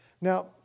Now